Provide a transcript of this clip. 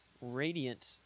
Radiant